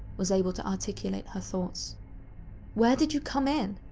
was able to articulate her thoughts where did you come in?